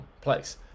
place